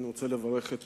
אני רוצה לברך את